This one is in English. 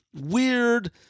weird